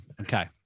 Okay